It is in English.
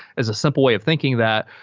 as a simple way of thinking that,